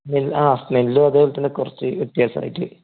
smell ആ സ്മെല്ലും അതെപോലെത്തന്നെ കുറച്ച് വ്യത്യാസമായിട്ട്